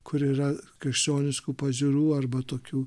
kur yra krikščioniškų pažiūrų arba tokių